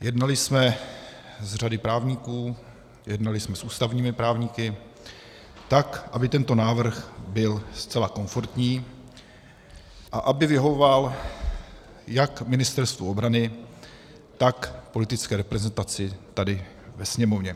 Jednali jsme s řadou právníků, jednali jsme s ústavními právníky, tak aby tento návrh byl zcela komfortní a aby vyhovoval jak Ministerstvu obrany, tak politické reprezentaci tady ve Sněmovně.